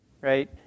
right